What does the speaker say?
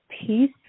peace